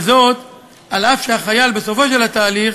וזאת אף שהחייל בסופו של התהליך